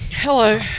Hello